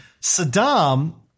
Saddam